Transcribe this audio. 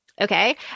okay